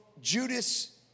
Judas